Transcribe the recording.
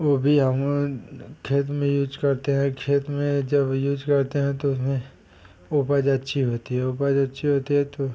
वह भी हम खेत में यूज़ करते हैं खेत में जब यूज़ करते हैं तो उसमें उपज़ अच्छी होती है उपज़ अच्छी होती है तो